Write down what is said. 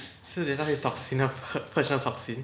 吃 toxin toxin